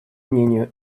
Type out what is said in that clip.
мнению